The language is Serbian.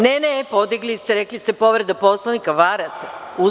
Ne, ne, podigli ste, rekli ste povreda Poslovnika, varate.